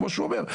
כמו שהוא אומר,